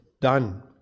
done